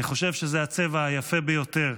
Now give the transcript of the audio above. אני חושב שזה הצבע היפה ביותר.